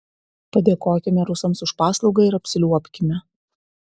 padėkokime rusams už paslaugą ir apsiliuobkime